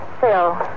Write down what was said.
Phil